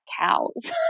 cows